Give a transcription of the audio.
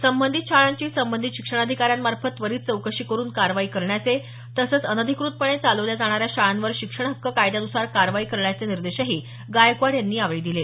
संबंधित शाळांची संबंधित शिक्षणाधिकाऱ्यांमार्फत त्वरित चौकशी करून कारवाई करण्याचे तसंच अनधिकृतपणे चालवल्या जाणाऱ्या शाळांवर शिक्षण हक्क कायद्यान्सार कारवाई करण्याचे निर्देशही गायकवाड यांनी यावेळी दिले